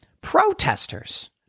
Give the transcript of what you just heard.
protesters